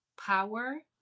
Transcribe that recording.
power